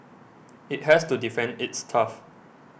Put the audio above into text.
it has to defend its turf